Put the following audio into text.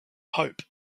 pope